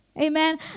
amen